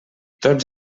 tots